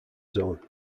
zone